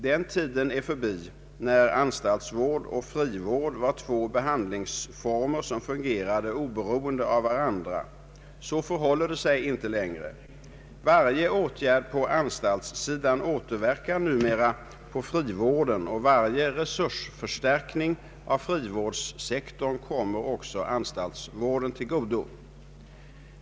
Den tiden är förbi när anstaltsvård och frivård var två behandlingsformer som fungerade oberoende av varandra. Så förhåller det sig inte längre. Varje åtgärd på anstaltssidan återverkar numera på frivården, och varje resursförstärkning av frivårdssektorn kommer också anstaltsvården till godo.